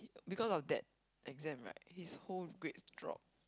because of that exam right his whole grades drop